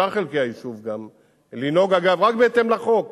בשאר חלקי היישוב, גם, לנהוג, אגב, רק בהתאם לחוק,